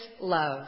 love